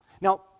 Now